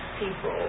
people